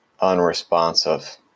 unresponsive